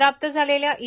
प्राप्त झालेल्या ई